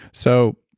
so,